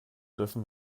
dürfen